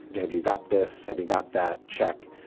and have you got this? have you got that? check.